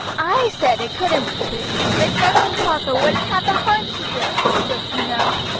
i said it couldn't be true. that judson parker wouldn't have the heart to do it, don't you know.